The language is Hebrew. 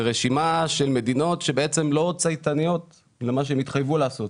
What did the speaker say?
זה רשימה של מדינות לא צייתניות למה שהן התחייבות לעשות.